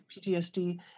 PTSD